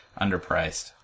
underpriced